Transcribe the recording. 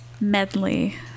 Medley